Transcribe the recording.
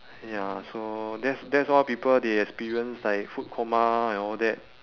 ya so that's that's why people they experience like food coma and all that